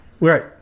Right